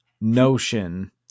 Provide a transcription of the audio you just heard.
Notion